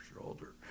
shoulder